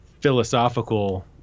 philosophical